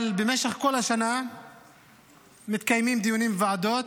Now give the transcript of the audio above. אבל במשך כל השנה מתקיימים דיונים בוועדות,